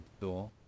door